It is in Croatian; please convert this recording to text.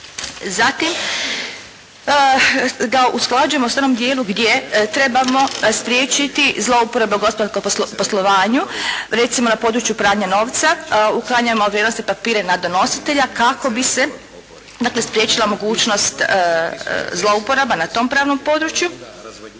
Zatim, da se usklađujemo u onom dijelu gdje trebamo spriječiti zlouporabe u gospodarskom poslovanju recimo na području pranja novca, uklanjamo vrijednosne papire na donositelja kako bi se dakle spriječila mogućnost zlouporaba na tom pravnom području.